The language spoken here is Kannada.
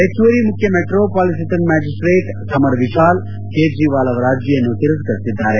ಹೆಚ್ಚುವರಿ ಮುಖ್ಯ metropolitan magistrate Samar Vishal Kejriwal ಅವರ ಅರ್ಜಿಯನ್ನು ತಿರಸ್ಗರಿಸಿದ್ದಾರೆ